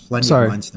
sorry